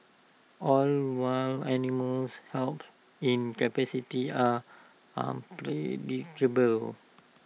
all wild animals help in captivity are unpredictable